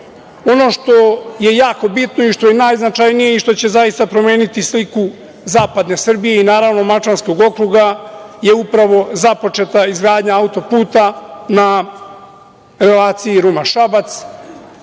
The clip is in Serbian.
što je jako bitno i što je najznačajnije i što će zaista promeniti sliku zapadne Srbije i naravnom Mačvanskog okruga je upravo započeta izgradnja autoputa na relaciji Ruma-Šabac,